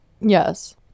yes